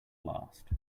last